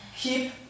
Keep